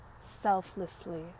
selflessly